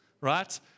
Right